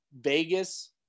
Vegas